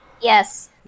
Yes